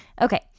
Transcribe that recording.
Okay